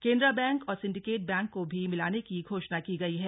Canara bank और Syndicate bank को भी मिलाने की घोषणा की गई है